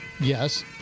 Yes